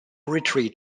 retreat